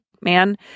man